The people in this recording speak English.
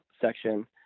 section